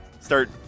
start